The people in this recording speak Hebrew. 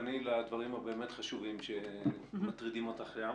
תתפני לדברים באמת החשובים שמטרידים אותך שם.